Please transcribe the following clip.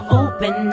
open